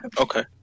Okay